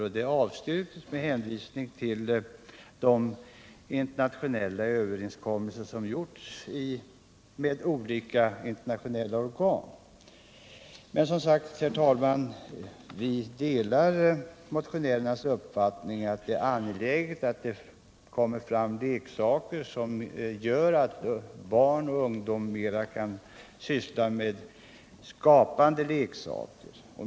Det förslaget avstyrktes med hänvisning till de överenskommelser som träffats med olika internationella organ. Vi delar som sagt motionärernas uppfattning att det är angeläget att det i stället för dessa leksaker kommer fram leksaker som gör det möjligt för barn och ungdom att syssla med skapande lek. Herr talman!